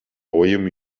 royaume